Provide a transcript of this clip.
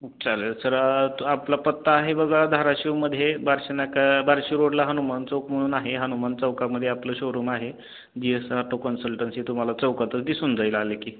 चालेल सर त आपला पत्ता आहे बघा धाराशिवमध्ये बार्शी नाका बार्शी रोडला हनुमान चौक म्हणून आहे हनुमान चौकामध्ये आपलं शोरूम आहे जी एस आटो कन्सल्टन्सी तुम्हाला चौकात दिसून जाईल आले की